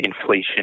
Inflation